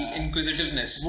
inquisitiveness